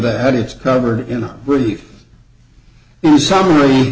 that it's covered in a brief summary